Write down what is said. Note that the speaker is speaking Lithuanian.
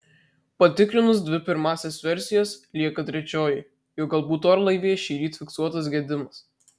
patikrinus dvi pirmąsias versijas lieka trečioji jog galbūt orlaivyje šįryt fiksuotas gedimas